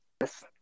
yes